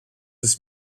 des